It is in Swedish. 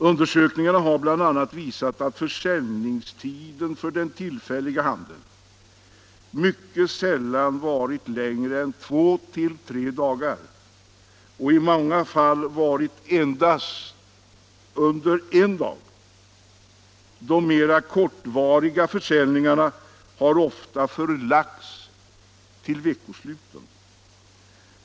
Undersökningarna har bl.a. visat att försäljningstiden för den tillfälliga handeln mycket sällan har varat längre än två till tre dagar och i många fall endast en dag. De mer kortvariga försäljningarna har oftast förlagts till veckosluten.